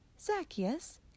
Zacchaeus